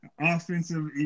Offensive